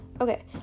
okay